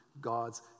God's